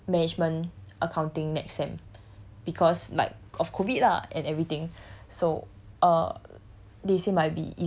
for uh management accounting next sem because like of COVID lah and everything so uh